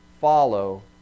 Follow